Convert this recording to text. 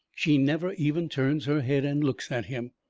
she never even turns her head and looks at him.